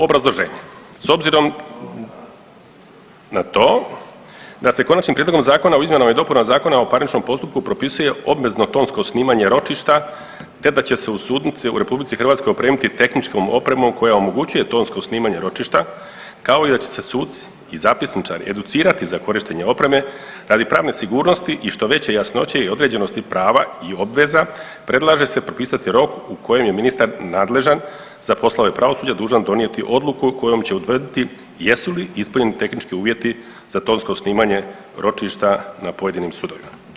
Obrazloženje, s obzirom na to da se Konačnim prijedlogom zakona o izmjenama i dopunama ZPP-a propisuje obvezno tonsko snimanje ročišta, te da će se u sudnici u RH opremiti tehničkom opremom koja omogućuje tonsko snimanje ročišta, kao da će se suci i zapisničari educirati za korištenje opreme radi pravne sigurnosti i što veće jasnoće i određenosti prava i obveza predlaže se propisati rok u kojem je ministar nadležan za poslove pravosuđa dužan donijeti odluku kojom će utvrditi jesu li ispunjeni tehnički uvjeti za tonsko snimanje ročišta na pojedinim sudovima.